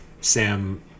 Sam